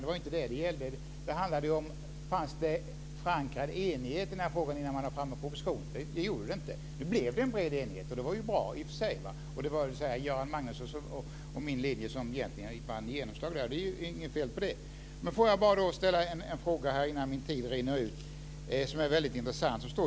Det var inte det frågan gällde. Det handlade om ifall det fanns en förankrad enighet i frågan innan regeringen lade fram en proposition. Det gjorde det inte. Nu blev det en bred enighet, och det var ju bra i och för sig. Det var egentligen Göran Magnussons och min linje som fick genomslag, och det var inget fel med det. Jag vill bara innan min talartid tar slut ställa en fråga som är väldigt intressant.